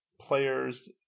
players